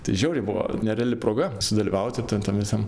tai žiauriai buvo nereali proga sudalyvauti ten tam visam